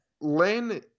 Len